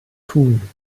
tun